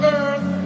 earth